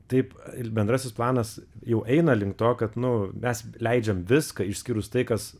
taip ir bendrasis planas jau eina link to kad nu mes leidžiam viską išskyrus tai kas